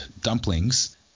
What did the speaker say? dumplings